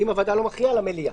אם הוועדה לא מכריעה, למליאה.